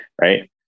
right